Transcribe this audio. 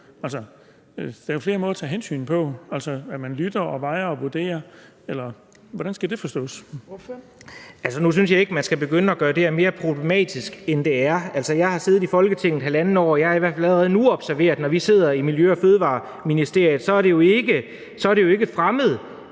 (Trine Torp): Ordføreren. Kl. 20:29 Anders Kronborg (S): Altså, nu synes jeg ikke, at man skal begynde at gøre det her mere problematisk, end det er. Jeg har siddet i Folketinget i halvandet år, og jeg har i hvert fald allerede observeret, at når vi sidder i Miljø- og Fødevareministeriet, er det jo ikke fremmed